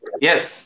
Yes